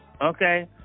okay